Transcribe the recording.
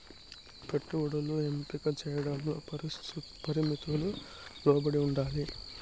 పెట్టుబడులు ఎంపిక చేయడంలో పరిమితులకు లోబడి ఉండాలి